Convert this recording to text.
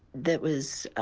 that was.